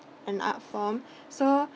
an art form so